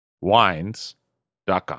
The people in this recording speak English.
wines.com